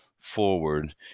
forward